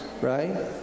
right